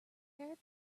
eric